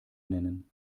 nennen